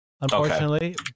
unfortunately